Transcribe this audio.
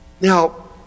Now